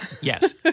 Yes